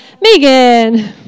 Megan